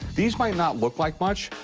these might not look like much,